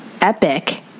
epic